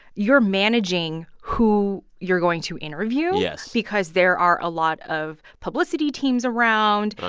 you're managing who you're going to interview. yes. because there are a lot of publicity teams around.